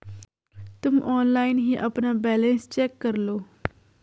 तुम ऑनलाइन ही अपना बैलन्स चेक करलो